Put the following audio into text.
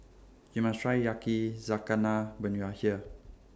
YOU must Try Yakizakana when YOU Are here